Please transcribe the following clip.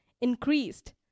increased